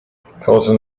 haughton